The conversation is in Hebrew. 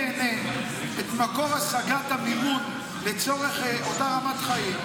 יוכיח אותו נהנה את מקור השגת המימון לצורך אותה רמת חיים,